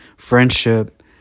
friendship